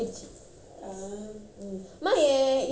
அம்மா என் என் என்:amma en en en cupboard க்கு:kku warranty இருக்கிதா:irukkitha